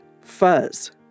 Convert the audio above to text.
Fuzz